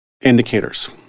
indicators